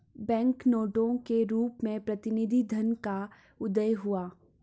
bank नोटों के रूप में प्रतिनिधि धन का उदय हुआ